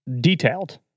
detailed